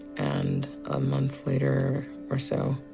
and a month later or so,